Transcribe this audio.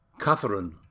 Catherine